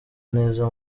neza